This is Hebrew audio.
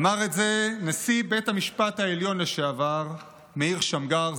אמר את זה נשיא בית המשפט העליון לשעבר מאיר שמגר,